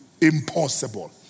impossible